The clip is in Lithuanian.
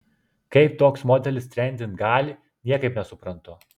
kaip toks modelis trendint gali niekaip nesuprantu